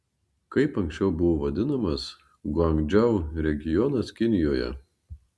kaip anksčiau buvo vadinamas guangdžou regionas kinijoje